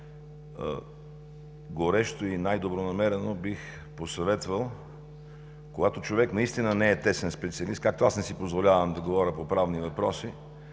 горещо и най-добронамерено бих посъветвал, когато човек наистина не е тесен специалист – както аз не си позволявам да говоря по правни въпроси,